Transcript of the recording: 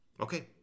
Okay